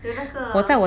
有那个